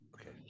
okay